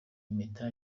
impeta